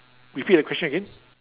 repeat the question again